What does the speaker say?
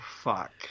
fuck